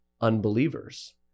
unbelievers